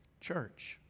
Church